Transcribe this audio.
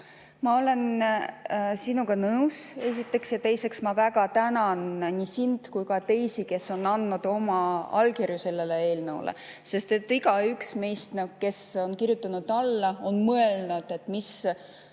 Ma olen sinuga nõus, esiteks. Ja teiseks ma väga tänan nii sind kui ka teisi, kes on andnud oma allkirja sellele eelnõule, sest igaüks meist, kes on kirjutanud alla, on mõelnud, kas